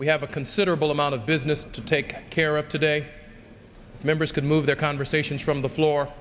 we have a considerable amount of business to take care of today members could move their conversations from the floor